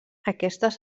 aquestes